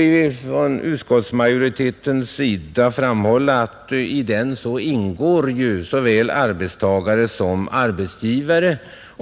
Där vill jag från utskottsmajoritetens sida framhålla att i de nämnderna ingår såväl arbetstagare som arbetsgivare,